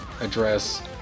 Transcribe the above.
address